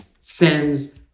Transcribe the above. sends